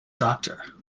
doctor